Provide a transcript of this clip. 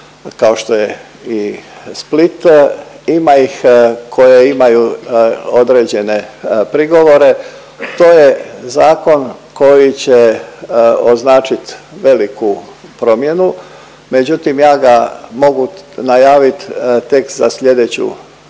kao što je i Split, ima ih koje imaju određene prigovore. To je zakon koji će označit veliku promjenu, međutim ja ga mogu najavit tek za slijedeću